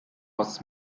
was